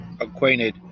acquainted